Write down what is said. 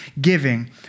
giving